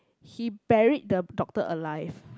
he buried the doctor alive